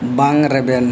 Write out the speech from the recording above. ᱵᱟᱝ ᱨᱮᱵᱮᱱ